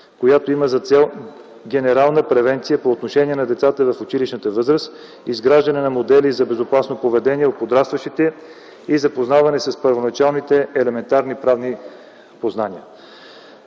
която има за цел генерална превенция по отношение на децата в училищната възраст, изграждане на модели за безопасно поведение у подрастващите и запознаване с първоначалните елементарни правни познания.